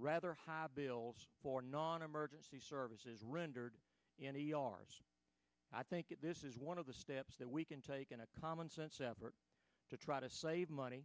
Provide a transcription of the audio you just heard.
rather have bills for non emergency services rendered and i think that this is one of the steps that we can take in a commonsense effort to try to save money